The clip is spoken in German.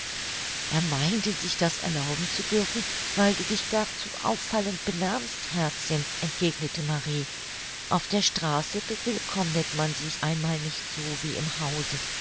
er meinte sich das erlauben zu dürfen weil du dich gar zu auffallend benahmst herzchen entgegnete marie auf der straße bewillkommnet man sich einmal nicht so wie im hause